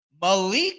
Malik